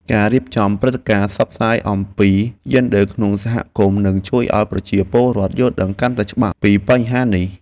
ការរៀបចំព្រឹត្តិការណ៍ផ្សព្វផ្សាយអំពីយេនឌ័រក្នុងសហគមន៍នឹងជួយឱ្យប្រជាពលរដ្ឋយល់ដឹងកាន់តែច្បាស់ពីបញ្ហានេះ។